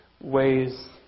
ways